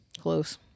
Close